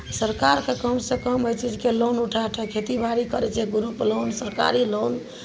सरकारके कमसँ कम ओहि चीजके लोन उठा उठा खेतीबाड़ी करै छै ग्रुप लोन सरकारी लोन